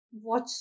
watch